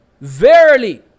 Verily